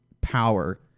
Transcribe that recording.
power